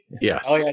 Yes